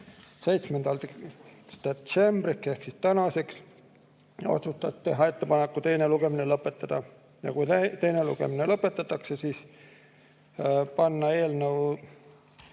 7. detsembriks ehk tänaseks, otsustas teha ettepaneku teine lugemine lõpetada ja kui teine lugemine lõpetatakse, siis panna eelnõu